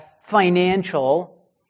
financial